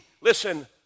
Listen